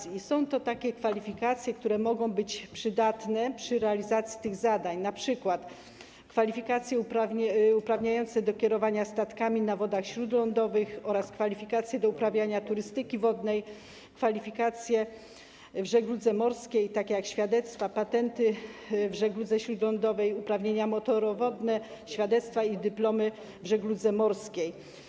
I są to takie kwalifikacje, które mogą być przydatne przy realizacji tych zadań, np. kwalifikacje uprawniające do kierowania statkami na wodach śródlądowych oraz kwalifikacje do uprawiania turystyki wodnej, kwalifikacje w żegludze morskiej, takie jak świadectwa, patenty w żegludze śródlądowej, uprawnienia motorowodne, świadectwa i dyplomy w żegludze morskiej.